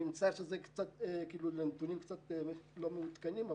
אני מצטער שהנתונים קצת לא מעודכנים,